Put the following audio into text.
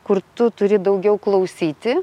kur tu turi daugiau klausyti